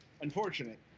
Unfortunate